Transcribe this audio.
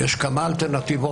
יש כמה אלטרנטיבות,